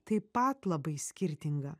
taip pat labai skirtinga